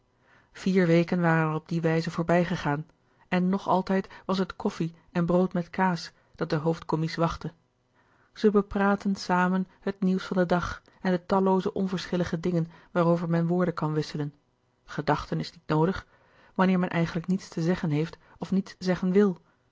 vier weken waren er op die wijze voorbijgaan en nog altijd was het koffie en brood met kaas dat den hoofdcommies wachtte zij bepraatten samen het nieuws van den dag en de tallooze onverschillige dingen waarover men woorden kan wisselen gedachten is niet noodig wanneer men eigenlijk niets te zeggen heeft of niets zeggen wil